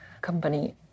company